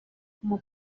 como